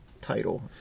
title